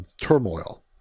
turmoil